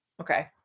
Okay